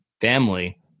family